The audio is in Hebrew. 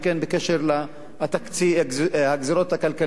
בקשר לגזירות הכלכליות.